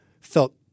felt